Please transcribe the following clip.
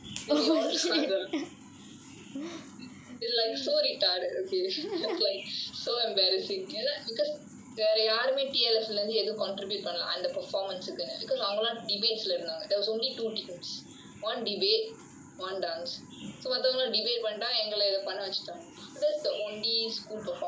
then we all dance around him it it is like so retarded it is like so embarrasing because வேற யாருமே:vera yaarumae T_L_S leh இருந்து ஏதும்:irunthu ethum contribute பண்ணல அந்த:pannala antha performance குன்னு:kunnu because அவங்க எல்லாம்: avanga ellaam debates leh இருந்தாங்க:irunthaanga there was only two teams one debate one dance so மத்தவங்க எல்லாம்:mathavanga ellaam debate பண்ணிட்டாங்க எங்கள இத பண்ண வச்சுட்டாங்க:pannittaanga engala itha panna vachutaanga so that was the only school performance we did